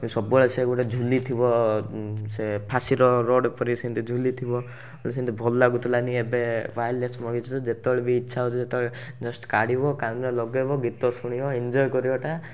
ସବୁବେଳେ ସେ ଗୋଟେ ଝୁଲିଥିବ ସେ ଫାସୀର ରଡ଼ ପରି ସେମିତି ଝୁଲିଥିବ ତ ସେମିତି ଭଲ ଲାଗୁଥିଲାନି ଏବେ ୱାୟାର୍ଲେସ୍ ମଗେଇଛି ଯେତେବେଳେ ବି ଇଚ୍ଛା ହେଉଛି ଯେତେବେଳେ ଜଷ୍ଟ୍ କାଢ଼ିବ କାନରେ ଲଗେଇବ ଗୀତ ଶୁଣିବ ଏନ୍ଜୟ କରିବାଟା